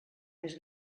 més